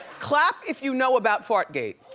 clap if you know about fartgate.